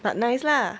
but nice lah